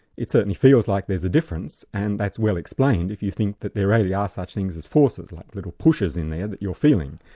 it certainly feels like there's a difference, and that's well explained if you think that there really are such things as forces like little pushers in there that you're feeling.